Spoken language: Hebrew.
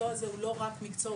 הוא לא רק מקצוע,